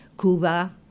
Cuba